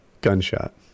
Gunshot